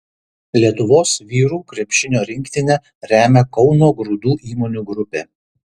lietuvos vyrų krepšinio rinktinę remia kauno grūdų įmonių grupė